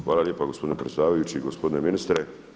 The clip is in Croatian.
Hvala lijepa gospodine predsjedavajući, gospodine ministre.